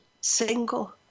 single